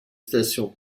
stations